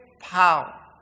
power